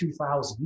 2000